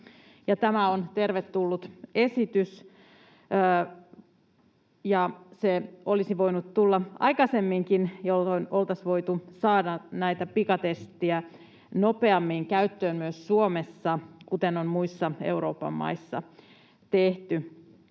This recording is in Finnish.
tämä on tervetullut esitys. Se olisi voinut tulla aikaisemminkin, jolloin oltaisiin voitu saada näitä pikatestejä nopeammin käyttöön myös Suomessa, kuten on muissa Euroopan maissa tehty.